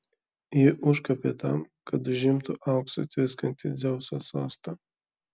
ji užkopė tam kad užimtų auksu tviskantį dzeuso sostą